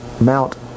Mount